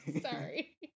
Sorry